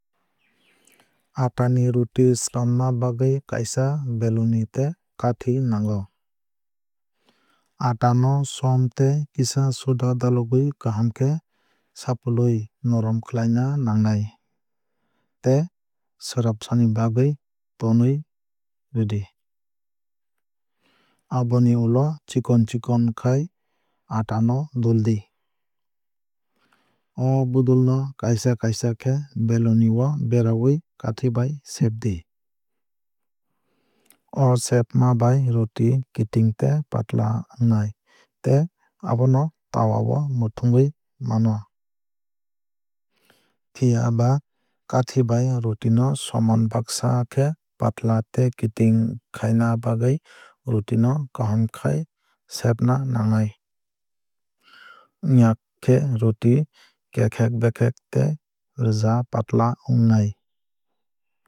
Aata ni roti swlamna bagwui kaisa beloni tei kathi nango. Aata no som tei kisa soda dalogwui kaham khe sapulwui norom khlaina nangnai tei swrapsa ni bagwui tonwui rwdi. Aboni ulo chiokn chikon khai aata no duldi. O budul no kaisa kaisa khe beloni o berawui kathi bai sebdi. O sebma bai roti kiting tei patla wngnai tei abono towa o muthungwui mano. Phiaba kathi bai roti no soman baksa khe patla tei kiting khaina bagwui roti no kaham khai sebna nangnai. Wngya khe roti kekhek bekhek tei rwja patla wngnai.